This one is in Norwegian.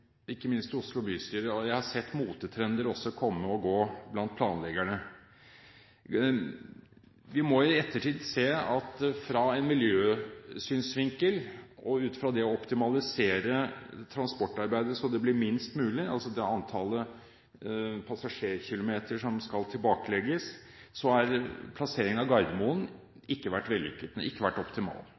ikke minst i Oslo bystyre, og jeg har sett motetrender komme og gå også blant planleggerne. Vi må i ettertid se at ut fra en miljøsynsvinkel og ut ifra det å optimalisere transportarbeidet, slik at antallet passasjerkilometer som skal tilbakelegges, blir minst mulig, så har plasseringen av Gardermoen ikke vært optimal.